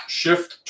shift